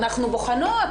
אנחנו בוחנות,